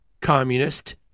communist